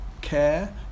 care